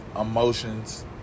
emotions